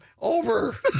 Over